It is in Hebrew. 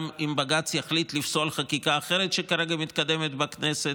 אם בג"ץ יחליט לפסול חקיקה אחרת שכרגע מתקדמת בכנסת,